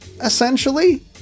essentially